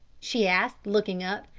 she asked, looking up.